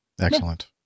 Excellent